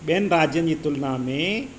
ॿियनि भाॼीयुनि जी तुलना में